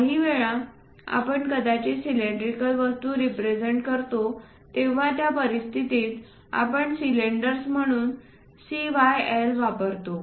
काहीवेळा आपण कदाचित सिलेंड्रिकल वस्तू रिप्रेझेंट करतो तेव्हा त्या परिस्थितीत आपण सिलेंडर्स म्हणून CYL वापरतो